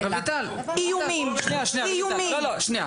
רויטל, שנייה.